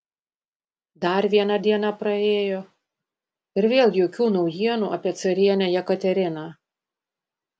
dar viena diena praėjo ir vėl jokių naujienų apie carienę jekateriną